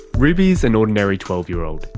ruby is an ordinary twelve-year-old.